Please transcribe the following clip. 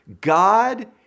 God